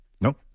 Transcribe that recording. Nope